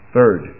Third